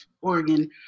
Oregon